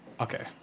Okay